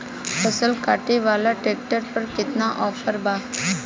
फसल काटे वाला ट्रैक्टर पर केतना ऑफर बा?